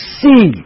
see